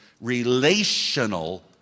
relational